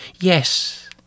yes